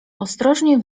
ostrożnie